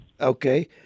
Okay